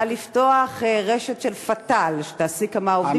על לפתוח רשת של "פתאל" שתעסיק כמה עובדים,